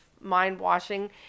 mind-washing